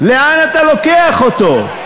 לאן אתה לוקח אותו?